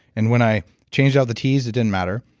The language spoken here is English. and when i changed out the teas, it didn't matter,